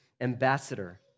ambassador